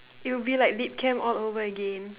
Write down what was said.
it will be like lit camp all over again